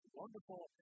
wonderful